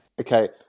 Okay